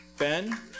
Ben